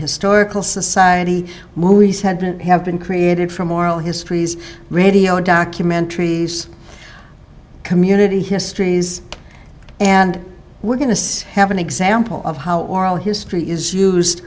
historical society movies hadn't have been created from oral histories radio documentaries community histories and we're going to have an example of how oral history is used